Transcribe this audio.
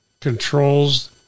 controls